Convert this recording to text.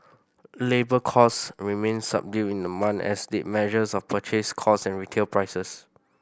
labour costs remained subdued in the month as did measures of purchase costs and retail prices